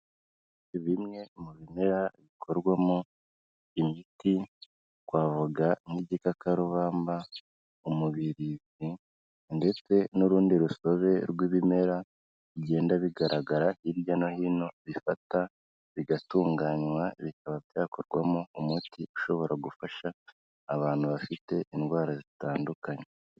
Bimwe mu bimera bikorwamo imiti twavuga nk'igikakarubamba, umubirizi ndetse n'urundi rusobe rw'ibimera bigenda bigaragara hirya no hino bifata bigatunganywa bikaba byakorwamo umuti ushobora gufasha abantu bafite indwara zitandukanye.